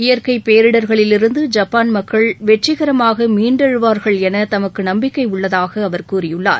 இயற்கை பேரிடர்களில் இருந்து ஜப்பாள் மக்கள் வெற்றிகரமாக மீண்டெழுவார்கள் என தமக்கு நம்பிக்கை உள்ளதாக அவர் கூறியுள்ளார்